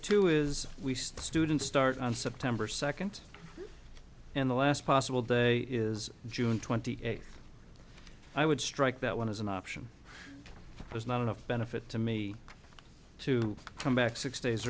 two is we students start on september second and the last possible day is june twenty eighth i would strike that one as an option there's not enough benefit to me to come back six days